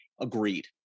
agreed